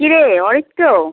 কিরে অরিত্র